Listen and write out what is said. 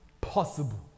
possible